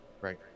right